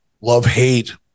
love-hate